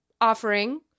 offering